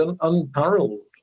unparalleled